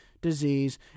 disease